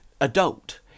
adult